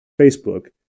Facebook